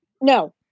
No